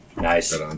Nice